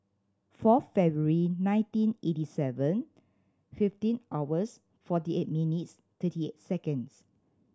four February nineteen eighty seven fifteen hours forty eight minutes thirty eight seconds